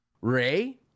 Ray